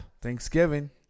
Thanksgiving